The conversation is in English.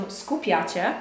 skupiacie